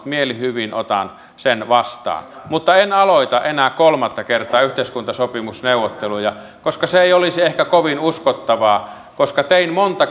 mielihyvin otan sen vastaan mutta en aloita enää kolmatta kertaa yhteiskuntasopimusneuvotteluja koska se ei olisi ehkä kovin uskottavaa koska tein monta